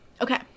Okay